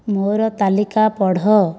ମୋ'ର ତାଲିକା ପଢ଼